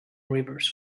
rivers